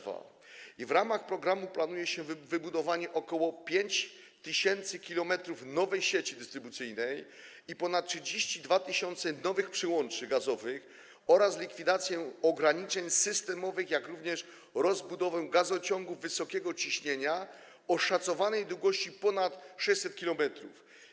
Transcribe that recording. W ramach programu planuje się wybudowanie ok. 5 tys. km nowej sieci dystrybucyjnej i ponad 32 tys. nowych przyłączy gazowych oraz likwidację ograniczeń systemowych, jak również rozbudowę gazociągów wysokiego ciśnienia o szacowanej długości ponad 600 km.